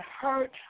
hurt